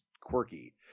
quirky